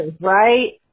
right